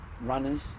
runners